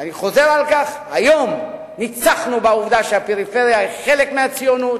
ואני חוזר על כך: היום ניצחנו בעובדה שהפריפריה היא חלק מהציונות,